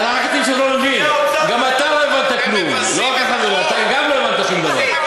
גם אתה לא הבנת כלום.